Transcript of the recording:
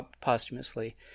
posthumously